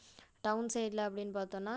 down சைட்ல அப்படின்னு பார்த்தோன்னா